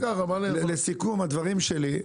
לסיכום הדברים שלי,